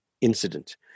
incident